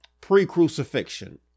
pre-crucifixion